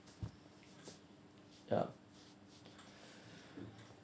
ya